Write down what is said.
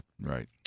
Right